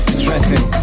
stressing